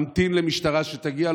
ממתין למשטרה שתגיע,